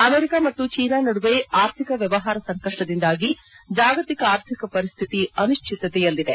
America ಮತ್ತು China ನಡುವಿನ ಅರ್ಥಿಕ ವ್ಯವಹಾರ ಸಂಕಷ್ಷದಿಂದಾಗಿ ಜಾಗತಿಕ ಆರ್ಥಿಕ ಪರಿಸ್ಥಿತಿ ಅನಿಶ್ವಿತತೆಯಲ್ಲಿದೆ